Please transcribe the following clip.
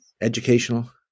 Educational